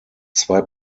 zwei